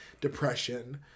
depression